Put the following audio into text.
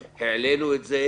העלינו את זה,